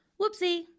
Whoopsie